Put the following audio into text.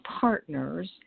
partners